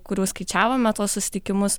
kurių skaičiavome tuos susitikimus